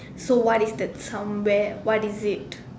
so what is the somewhere what is it